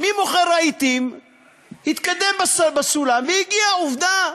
ממוכר רהיטים התקדם בסולם והגיע, עובדה.